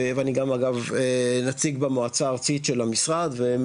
ואני גם אגב נציג מטעם המשרד במועצה הארצית לתכנון ובניה,